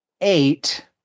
Eight